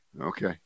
Okay